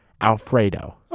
Alfredo